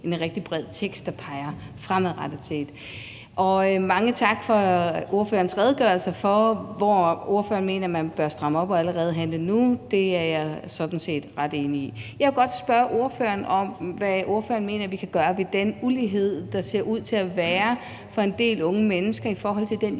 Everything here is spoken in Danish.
en rigtig bred tekst, der peger frem. Også mange tak for ordførerens redegørelse for, hvor ordføreren mener, man bør stramme op og allerede handle nu. Det er jeg sådan set ret enig i. Jeg vil godt spørge ordføreren om, hvad ordføreren mener vi kan gøre ved den ulighed, der ser ud til at være med hensyn til en del unge mennesker i forhold til den hjælp,